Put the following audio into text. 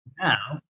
Now